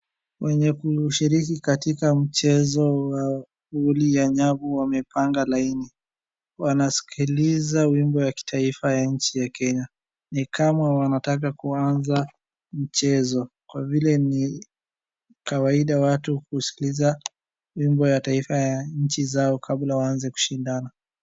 Wenye kushiliki katika mchezo wao, wamepanga laini ,wanaskiza wimbo wa taifa wa nchi ya Kenya, ni kama wanataka kuanza mchezo kwa vile ni kawaida watu kuskiliza wimbo wa taifa wa nchi zao kabla waanze kushindana.